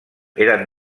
eren